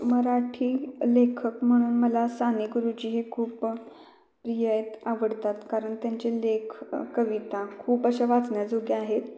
मराठी लेखक म्हणून मला साने गुरुजी हे खूप प्रिय आहेत आवडतात कारण त्यांचे लेख कविता खूप अशा वाचण्याजोग्या आहेत